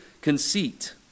conceit